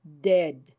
dead